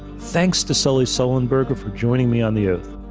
thanks to sully sullenberger for joining me on the oath.